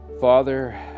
Father